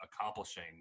accomplishing